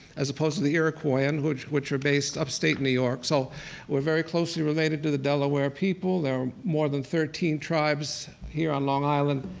as opposed to the iroquois and which which were based upstate new york. so we're very closely related to the delaware people. there are more than thirteen tribes here on long island,